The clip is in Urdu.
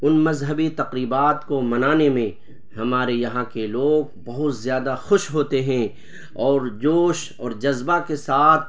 ان مذہبی تقریبات کو منانے میں ہمارے یہاں کے لوگ بہت زیادہ خوش ہوتے ہیں اور جوش اور جذبہ کے ساتھ